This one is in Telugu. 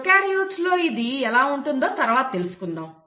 ప్రోకార్యోట్లు లో ఇది ఎలా ఉంటుందో తరువాత తెలుసుకుందాం